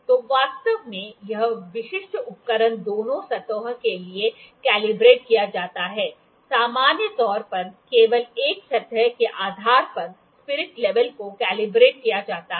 तो वास्तव में यह विशिष्ट उपकरण दोनों सतहों के लिए कैलिब्रेट किया जाता है सामान्य तौर पर केवल एक सतह के आधार पर स्पिरिट लेवल को कैलिब्रेट किया जाता है